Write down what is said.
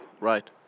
Right